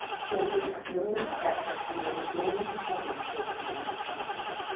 soldiers are feeling this pressure and they're resorting to techniques they've seen on tv.